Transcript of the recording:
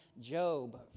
Job